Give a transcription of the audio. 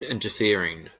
interfering